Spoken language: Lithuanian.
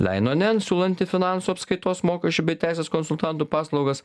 leinonen siūlanti finansų apskaitos mokesčių bei teisės konsultantų paslaugas